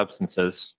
substances